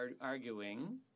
arguing